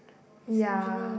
ya